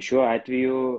šiuo atveju